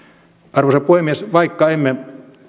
arvoisa puhemies vaikka emme